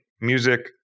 music